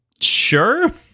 Sure